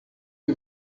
que